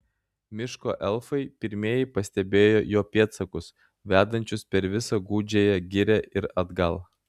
miško elfai pirmieji pastebėjo jo pėdsakus vedančius per visą gūdžiąją girią ir atgal